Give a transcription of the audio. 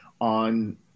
on